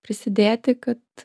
prisidėti kad